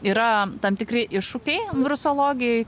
yra tam tikri iššūkiai virusologijoj